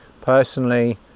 Personally